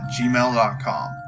gmail.com